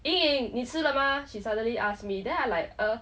eh 你吃了吗 she suddenly ask me then I like uh